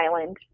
island